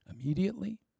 immediately